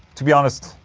to be honest,